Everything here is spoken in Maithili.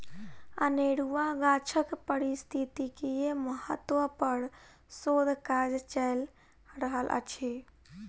अनेरुआ गाछक पारिस्थितिकीय महत्व पर शोध काज चैल रहल अछि